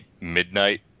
midnight